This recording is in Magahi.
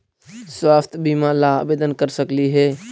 स्वास्थ्य बीमा ला आवेदन कर सकली हे?